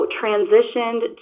transitioned